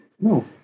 No